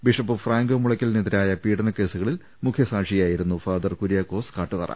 bishop Franco മുളക്ക ലിനെതിരായ പീഡന കേസുകളിൽ മുഖ്യ സാക്ഷിയായിരുന്നു ഫാദർ കുര്യാക്കോസ് കാട്ടുതറ